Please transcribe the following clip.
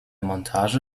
montage